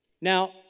Now